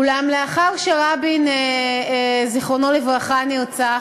אולם לאחר שרבין, זיכרונו לברכה, נרצח,